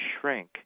shrink